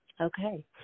okay